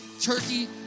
turkey